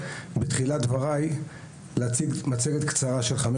בתחילת דבריי אני רוצה להציג מצגת קצרה של חמש